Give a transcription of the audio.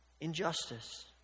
Injustice